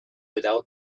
without